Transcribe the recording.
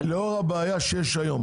שלאור הבעיה שיש היום,